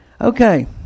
Okay